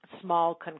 small